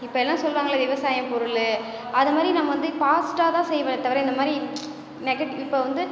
இப்போ எல்லாம் சொல்வாங்கல்ல விவசாயப் பொருள் அதுமாதிரி நான் வந்து ஃபாஸ்ட்டாக தான் செய்வனே தவிர இந்தமாதிரி நெகட் இப்போ வந்து